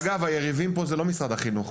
אגב, היריבים פה הם לא משרד החינוך.